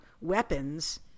weapons